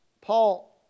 Paul